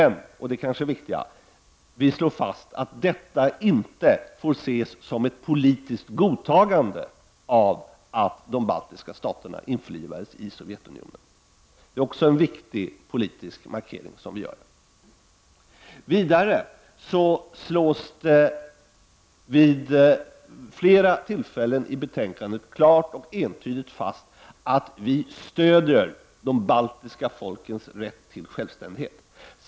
Men — och det är kanske det viktiga — vi slår fast att detta inte får ses som ett politiskt godtagande av att de baltiska staterna införlivades med Sovjetunionen. Det är också en viktig politisk markering som vi gör. Vidare slås det vid flera tillfällen i betänkandet klart och entydigt fast att vi stöder de baltiska folkens rätt till självständighet.